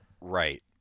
Right